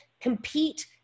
compete